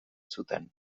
zuten